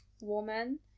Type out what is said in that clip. woman